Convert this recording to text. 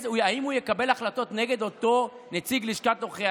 האם הוא יקבל החלטות נגד אותו נציג לשכת עורכי